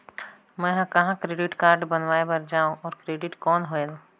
मैं ह कहाँ क्रेडिट कारड बनवाय बार जाओ? और क्रेडिट कौन होएल??